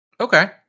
Okay